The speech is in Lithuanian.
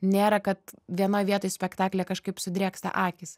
nėra kad viena vietoj spektaklio kažkaip sudrėksta akys